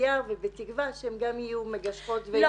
עם המל"ג שבראשה עומדת פרופ' מונא,